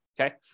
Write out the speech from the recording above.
okay